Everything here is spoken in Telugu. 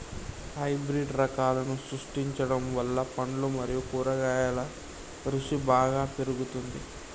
హైబ్రిడ్ రకాలను సృష్టించడం వల్ల పండ్లు మరియు కూరగాయల రుసి బాగా పెరుగుతుంది